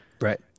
Right